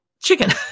chicken